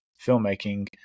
filmmaking